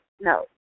No